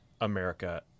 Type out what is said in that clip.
America